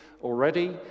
already